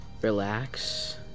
relax